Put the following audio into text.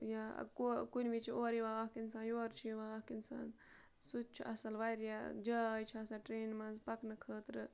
یا کو کُنہِ وِزِ چھِ اورٕ یِوان اَکھ اِنسان یورٕ چھِ یِوان اَکھ اِنسان سُہ تہِ چھُ اَصٕل واریاہ جاے چھےٚ آسان ٹرٛینہِ منٛز پَکنہٕ خٲطرٕ